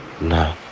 no